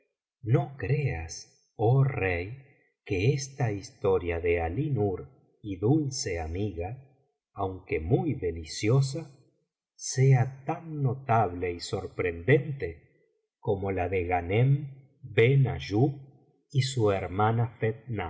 no creas oh rey que esta historia de alínnr y dulce amiga aunque muy deliciosa sea tan notable y sorprendente como la de ghanem benayub y su hermana